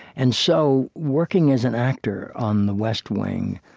and so working as an actor on the west wing,